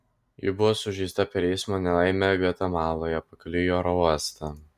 ji buvo sužeista per eismo nelaimę gvatemaloje pakeliui į oro uostą